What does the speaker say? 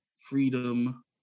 freedom